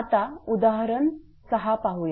आता उदाहरण 6 पाहूया